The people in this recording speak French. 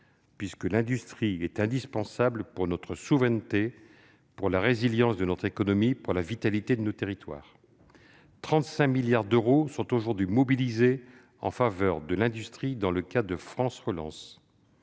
puisque l'industrie est indispensable pour notre souveraineté, pour la résilience de notre économie et pour la vitalité de nos territoires. Ainsi, 35 milliards d'euros sont aujourd'hui mobilisés en faveur de l'industrie dans le cadre de France Relance.